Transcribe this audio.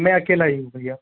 मै अकेला ही हूँ भैया